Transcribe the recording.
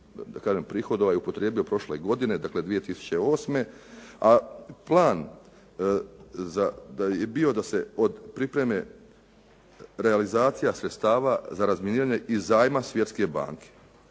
prihodovao i upotrijebio prošle godine 2008. a plan je bio da se pripreme realizacija sredstava za razminiranje iz zajma Svjetske banke.